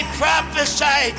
prophesy